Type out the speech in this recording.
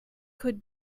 could